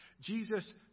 Jesus